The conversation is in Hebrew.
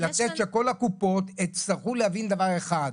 כל הקופות יצטרכו להבין דבר אחד,